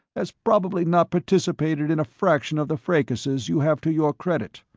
has probably not participated in a fraction of the fracases you have to your credit.